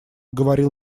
говорил